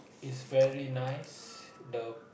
is very nice the